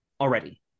already